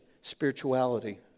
spirituality